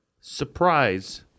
surprise